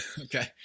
Okay